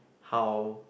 how